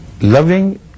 loving